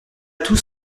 tous